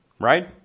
right